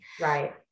Right